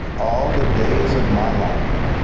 all the days of my life,